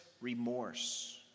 remorse